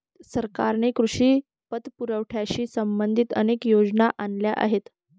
सरकारने कृषी पतपुरवठ्याशी संबंधित अनेक योजना आणल्या आहेत